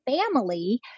family